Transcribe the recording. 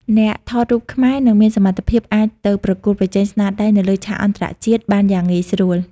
អ្នកថតរូបខ្មែរនឹងមានសមត្ថភាពអាចទៅប្រកួតប្រជែងស្នាដៃនៅលើឆាកអន្តរជាតិបានយ៉ាងងាយស្រួល។